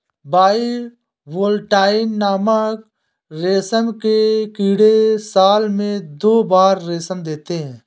bivoltine नामक रेशम के कीड़े साल में दो बार रेशम देते है